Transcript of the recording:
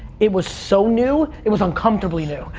it was so new, it was uncomfortably new.